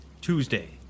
Tuesday